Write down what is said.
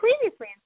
previously